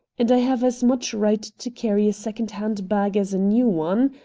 and i have as much right to carry a second-hand bag as a new one.